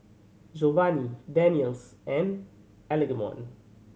Jovany Daniele's and Algernon